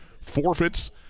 forfeits